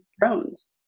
drones